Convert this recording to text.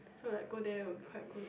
I'm like go there would be quite good